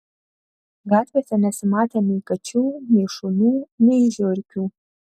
gatvėse nesimatė nei kačių nei šunų nei žiurkių